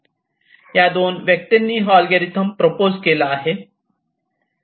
या दोन व्यक्तींनी हा अल्गोरिदम प्रपोज केला